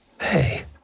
Hey